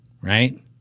right